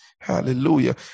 Hallelujah